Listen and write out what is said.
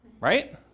right